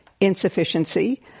insufficiency